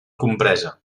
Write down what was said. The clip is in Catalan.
compresa